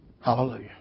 Hallelujah